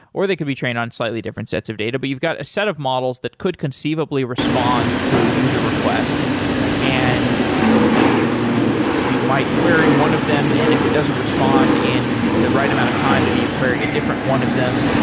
or they can be trained on slightly different sets of data, but you've got a set of models that could conceivably respond to a user request and you you might query one of them and if it doesn't respond in the right amount of time, maybe you query a different one of them